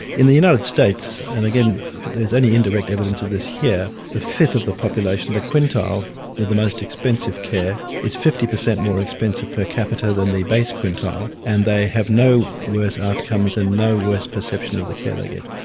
in the united states and again there's any indirect evidence of this here a fifth of the population, the quintile with the most expensive care is fifty percent more expensive per capita than the base quintile and they have no worse outcomes and no worse perception of the care they get.